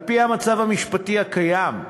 על-פי המצב המשפטי הקיים,